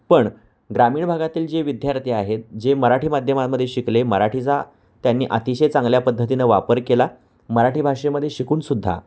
पण ग्रामीण भागातील जे विद्यार्थी आहेत जे मराठी माध्यमांमध्ये शिकले मराठीचा त्यांनी अतिशय चांगल्या पद्धतीने वापर केला मराठी भाषेमध्ये शिकूनसुद्धा